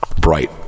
bright